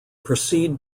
proceed